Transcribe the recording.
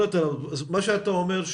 מה שאתה אומר,